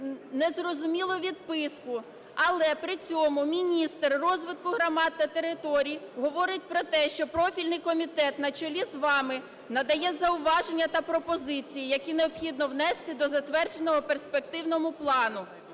незрозумілу відписку, але при цьому міністр розвитку громад та територій говорить про те, що профільний комітет на чолі з вами надає зауваження та пропозиції, які необхідно внести до затвердженого перспективного плану.